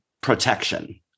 protection